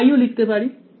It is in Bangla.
আমি π ও লিখতে পারি